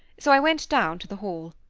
so i went down to the hall.